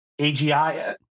AGI